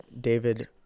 david